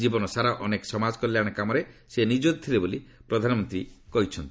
ଜୀବନସାରା ଅନେକ ସମାଜ କଲ୍ୟାଣ କାମରେ ସେ ନିୟୋଜିତ ଥିଲେ ବୋଲି ପ୍ରଧାନମନ୍ତ୍ରୀ କହିଛନ୍ତି